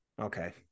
okay